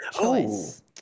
choice